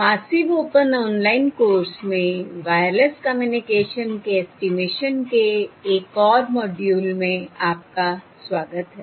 massive open online course में wireless communication के estimation के एक और मॉड्यूल में आपका स्वागत है